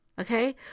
Okay